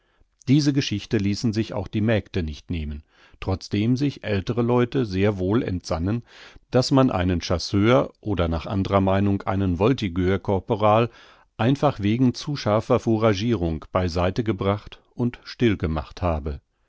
diese geschichte ließen sich auch die mägde nicht nehmen trotzdem sich ältere leute sehr wohl entsannen daß man einen chasseur oder nach andrer meinung einen voltigeur korporal einfach wegen zu scharfer fouragirung bei seite gebracht und still gemacht habe